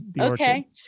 Okay